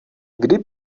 kdy